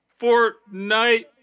Fortnite